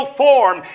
form